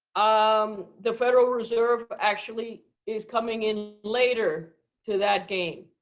um the federal reserve but actually is coming in later to that game.